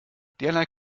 derlei